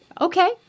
Okay